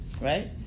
right